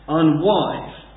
unwise